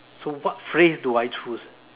so what phrase do I choose ah